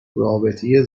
رابطه